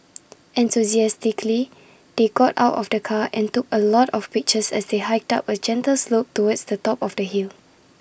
enthusiastically they got out of the car and took A lot of pictures as they hiked up A gentle slope towards the top of the hill